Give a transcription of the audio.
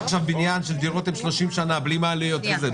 עכשיו בניין עם דירות בנות 30 שנים בלי מעלית וכולי.